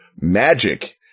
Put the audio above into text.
MAGIC